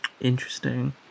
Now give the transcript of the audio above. Interesting